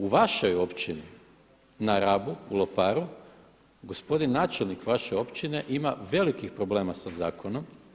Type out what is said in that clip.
U vašoj općini na Rabu, u Loparu gospodin načelnik vaše općine ima velikih problema sa zakonom.